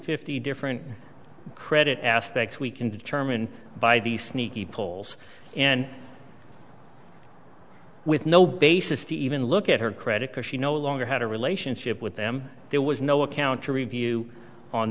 fifty different credit aspects we can determine by the sneaky polls and with no basis to even look at her credit because she no longer had a relationship with them there was no account to review on